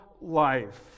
life